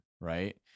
right